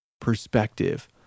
perspective